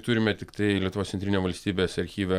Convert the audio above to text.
turime tiktai lietuvos centriniam valstybės archyve